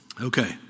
Okay